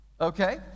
Okay